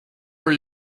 are